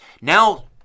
now